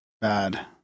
bad